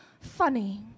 funny